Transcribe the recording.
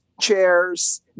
chairs